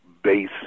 base